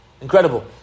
incredible